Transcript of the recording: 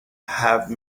have